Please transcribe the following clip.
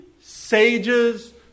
sages